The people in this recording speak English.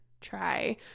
try